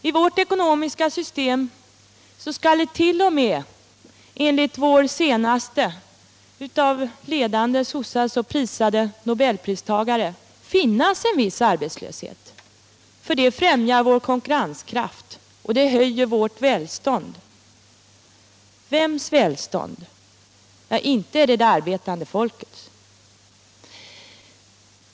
I vårt ekonomiska system skall det t.o.m. enligt vår senaste av ledande sossar så prisade nobelpristagare finnas en viss arbetslöshet. Det främjar vår konkurrenskraft. Det höjer vårt välstånd. Vems välstånd? Ja, inte det arbetande folkets.